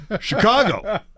Chicago